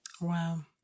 Wow